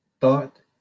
thought